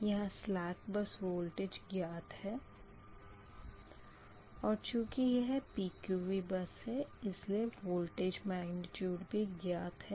यहाँ slack bus voltage ज्ञात है और चूँकि यह PQV बस है इसलिए वोल्टेज मेग्निट्यूड भी ज्ञात है